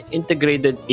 integrated